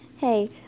Hey